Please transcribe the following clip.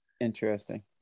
Interesting